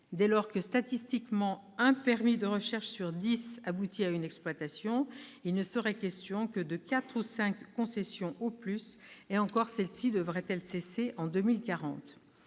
dès lors que, statistiquement, un permis de recherche sur dix aboutit à une exploitation, il ne serait question que de quatre ou cinq concessions au plus, et encore celles-ci devraient-elles cesser en 2040.